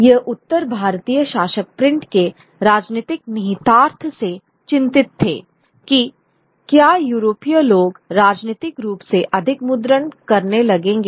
ये उत्तर भारतीय शासक प्रिंट के राजनीतिक निहितार्थ से चिंतित थे कि क्या यूरोपीय लोग राजनीतिक रूप से अधिक मुद्रण करने लगेंगे